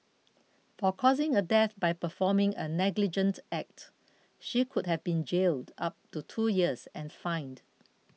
for causing a death by performing a negligent act she could have been jailed up to two years and fined